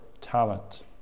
talent